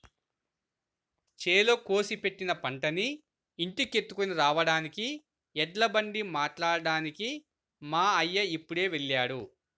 చేలో కోసి పెట్టిన పంటని ఇంటికెత్తుకొని రాడానికి ఎడ్లబండి మాట్లాడ్డానికి మా అయ్య ఇప్పుడే వెళ్ళాడు